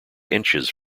inches